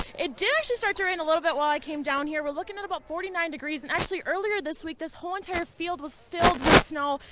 it did actually start to rain a little bit while i came down here. we are looking at about forty nine degrees and actually earlier this week this whole entire field was filled with snow.